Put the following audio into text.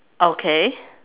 okay